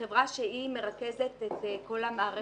החברה שהיא מרכזת את כל המערכת.